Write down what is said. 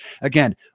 Again